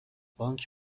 بانک